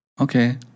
Okay